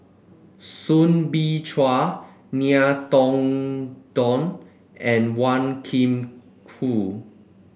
Soo Bin Chua Ngiam Tong Dow and Wan Kam Cool